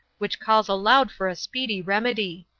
which calls aloud for a speedy remedy.